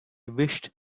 wished